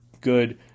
good